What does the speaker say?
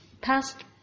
Past